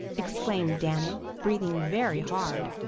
exclaimed danny, breathing very hard.